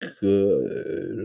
good